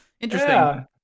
interesting